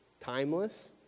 timeless